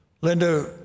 Linda